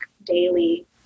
daily